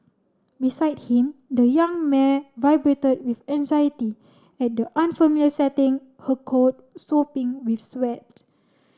beside him the young mare vibrated with anxiety at the unfamiliar setting her coat sopping with sweat